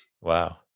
Wow